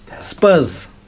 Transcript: Spurs